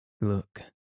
look